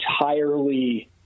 entirely